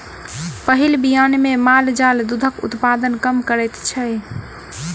पहिल बियान मे माल जाल दूधक उत्पादन कम करैत छै